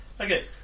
Okay